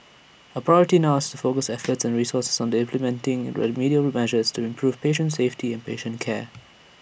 our priority now is focus efforts and resources Sunday remedial measures to improve patient safety and patient care